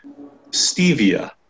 stevia